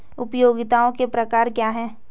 उपयोगिताओं के प्रकार क्या हैं?